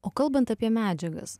o kalbant apie medžiagas